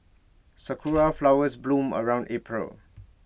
Sakura Flowers bloom around April